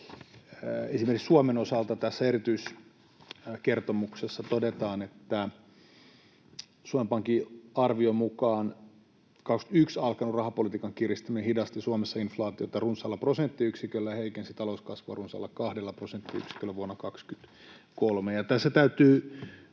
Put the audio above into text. esimerkiksi Suomen osalta tässä erityiskertomuksessa todetaan, että Suomen Pankin arvion mukaan 21 alkanut rahapolitiikan kiristäminen hidasti Suomessa inflaatiota runsaalla prosenttiyksiköllä ja heikensi talouskasvua runsaalla kahdella prosenttiyksiköllä vuonna 23. Tässä täytyy